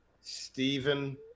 stephen